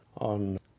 on